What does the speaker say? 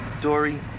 Dory